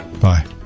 Bye